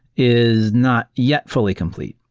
is not yet fully complete.